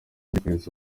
mbifuriza